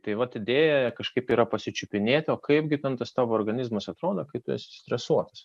tai vat idėja kažkaip yra pasičiupinėti o kaipgi ten tas tavo organizmas atrodo kai tu esi stresuotas